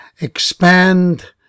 expand